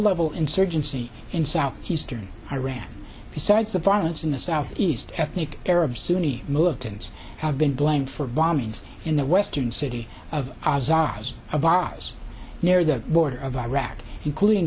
level insurgency in southeastern iran besides the violence in the southeast ethnic arab sunni militants have been blamed for bombings in the western city of azaz avaaz near the border of iraq including